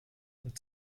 und